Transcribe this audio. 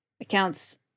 accounts